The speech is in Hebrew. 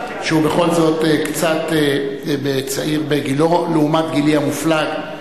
שהוא בכל זאת קצת צעיר בגילו לעומת גילי המופלג,